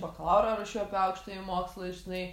bakalaurą rašiau apie aukštąjį mokslą žinai